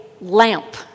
lamp